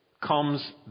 comes